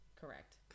correct